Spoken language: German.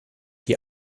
die